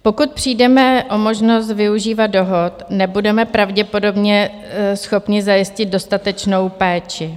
Pokud přijdeme o možnost využívat dohod, nebudeme pravděpodobně schopni zajistit dostatečnou péči.